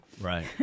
Right